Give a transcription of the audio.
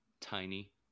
Tiny